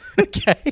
Okay